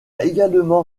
également